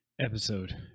episode